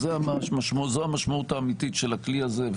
זו המשמעות האמיתית של הכלי הזה,